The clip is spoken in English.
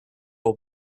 will